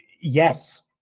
yes